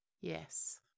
Yes